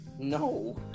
No